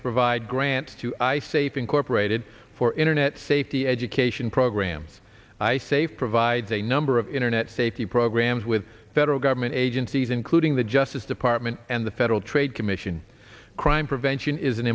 to provide grants to i safe incorporated for internet safety education programs i say provide a number of internet safety programs with federal government agencies including the justice department and the federal trade commission crime prevention is an